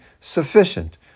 sufficient